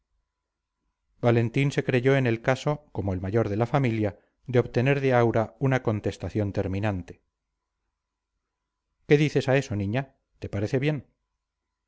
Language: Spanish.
valentín se creyó en el caso como el mayor de la familia de obtener de aura una contestación terminante qué dices a eso niña te parece bien